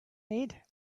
need